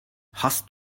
hast